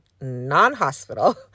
non-hospital